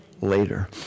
later